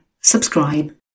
subscribe